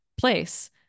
place